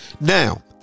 now